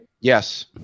Yes